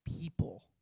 people